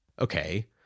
Okay